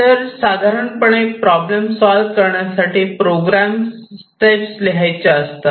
तर साधारणपणे problem solve करण्यासाठी प्रोग्रॅम स्टेप लिहायच्या असतात